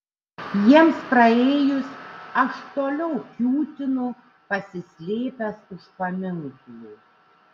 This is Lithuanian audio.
jiems praėjus aš toliau kiūtinu pasislėpęs už paminklų